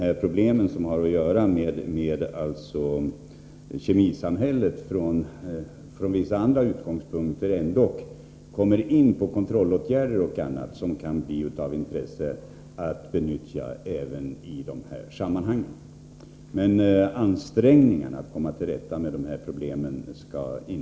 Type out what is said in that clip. De problem som sammanhänger med kemisamhället tacklar man kanske från vissa andra utgångspunkter. I arbetet med dessa frågor kommer man dock in på frågan om kontrollåtgärder och annat som kan vara av intresse i dessa sammanhang. Ingen skall behöva betvivla ansträngningarna när det gäller att komma till rätta med de här problemen.